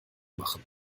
machen